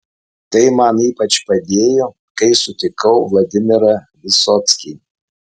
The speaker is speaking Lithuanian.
tai man ypač padėjo kai sutikau vladimirą vysockį